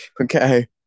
Okay